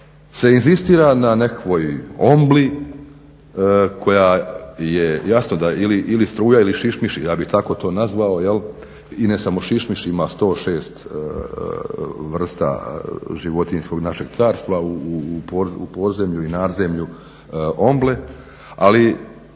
se inzistira na nekakvoj OMBLA-i koja je jasno ili struja ili šišmiši ja bih tako to nazvao jel, i ne samo šišmiši ima 106 vrsta životinjskog našeg carstva u podzemlju i nadzemlju OMBLA-e ali